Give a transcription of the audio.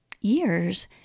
years